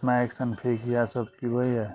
smack इएह सब पीबैये